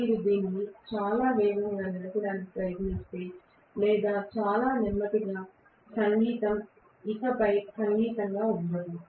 మీరు దీన్ని చాలా వేగంగా నడపడానికి ప్రయత్నిస్తే లేదా చాలా నెమ్మదిగా సంగీతం ఇకపై సంగీతం గా ఉండదు